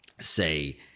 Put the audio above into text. say